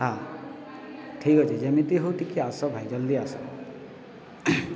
ହଁ ଠିକ୍ ଅଛି ଯେମିତି ହଉ ଟିକେ ଆସ ଭାଇ ଜଲ୍ଦି ଆସ